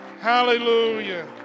Hallelujah